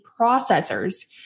processors